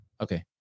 okay